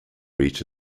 reach